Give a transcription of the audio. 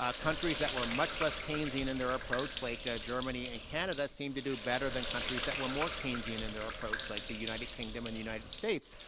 ah that were much less keynesian in their approach, like germany and canada, seem to do better than countries that were more keynesian in their approach like the united kingdom and the united states.